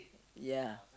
ya